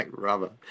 rubber